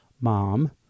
Mom